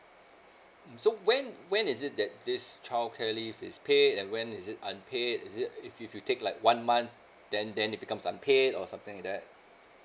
mm so when when is it that this child care leave is paid and when is it unpaid is it if you you take like one month then then it becomes unpaid or something like that